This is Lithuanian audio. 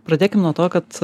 pradėkim nuo to kad